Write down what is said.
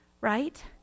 right